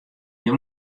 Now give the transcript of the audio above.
hja